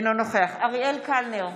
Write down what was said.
אינו נוכח אריאל קלנר,